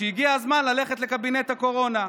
כשמגיע הזמן ללכת לקבינט הקורונה,